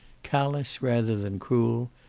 callous rather than cruel,